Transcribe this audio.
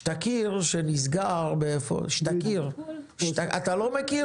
שתכיר שנסגר, אתה לא מכיר?